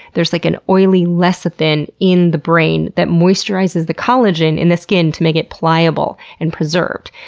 there's like an oily lecithin in the brain that moisturizes the collagen in the skin to make it pliable and preserved.